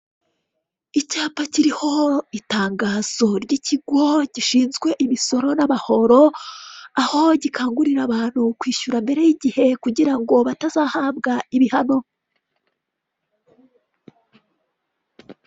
Icyapa kiriho itangazo ry' ikigo gishinzwe imisoro n' amahoro aho gikangurira abantu kwishyura mbere y' igihe kugira ngo batazahabwa ibihano.